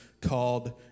called